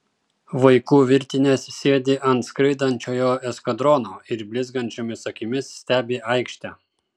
vaikų virtinės sėdi ant skraidančiojo eskadrono ir blizgančiomis akimis stebi aikštę